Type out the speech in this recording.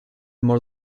more